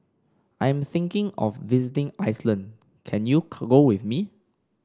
I am thinking of visiting Iceland can you go with me